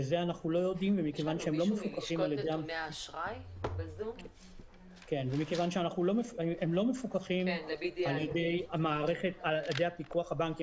לזה אנחנו לא יודעים ומכיוון שהם לא מפוקחים על ידי הפיקוח על הבנקים,